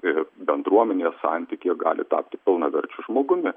ir bendruomenės santykyje gali tapti pilnaverčiu žmogumi